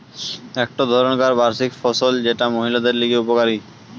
একটো ধরণকার বার্ষিক ফসল যেটা মহিলাদের লিগে উপকারী